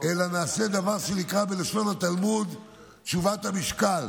אלא נעשה דבר שנקרא בלשון התלמוד: תשובת המשקל.